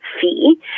fee